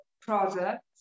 products